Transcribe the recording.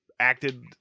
acted